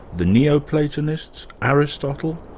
the neo-platonists? aristotle?